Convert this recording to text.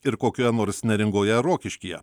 ir kokioje nors neringoje rokiškyje